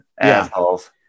assholes